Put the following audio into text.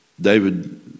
David